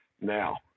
Now